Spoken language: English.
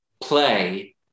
play